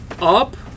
up